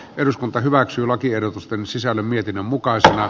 eduskunta hyväksyy lakiehdotusten sisällön mietinnön mukaisena